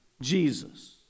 Jesus